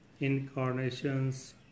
incarnations